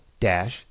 dash